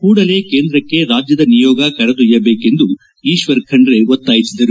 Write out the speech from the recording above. ಕೂಡಲೇ ಕೇಂದ್ರಕ್ಕೆ ರಾಜ್ಯದ ನಿಯೋಗ ಕರೆದೊಯ್ಯಬೇಕೆಂದು ಈಶ್ವರ್ ಖಂಡ್ರೆ ಒತ್ತಾಯಿಸಿದರು